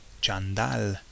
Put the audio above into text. chandal